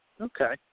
Okay